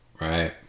Right